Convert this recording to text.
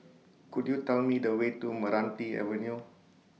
Could YOU Tell Me The Way to Meranti Avenue